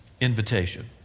invitation